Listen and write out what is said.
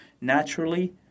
naturally